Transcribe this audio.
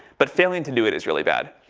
but failing to do it is really bad.